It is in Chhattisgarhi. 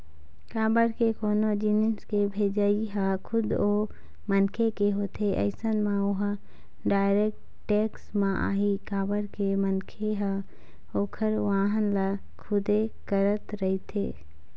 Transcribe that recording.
काबर के कोनो जिनिस के भेजई ह खुद ओ मनखे के होथे अइसन म ओहा डायरेक्ट टेक्स म आही काबर के मनखे ह ओखर वहन ल खुदे करत रहिथे